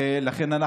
לכן,